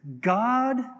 God